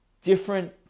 different